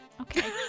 okay